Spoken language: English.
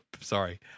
sorry